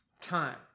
time